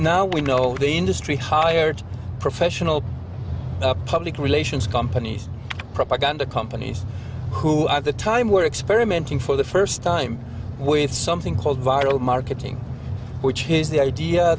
now we know the industry hired a professional a public relations companies propaganda companies who at the time were experimenting for the first time with something called viral marketing which his the idea